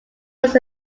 was